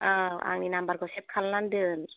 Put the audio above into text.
औ आंनि नाम्बारखौ सेभ खालामनानै दोन